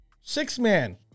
six-man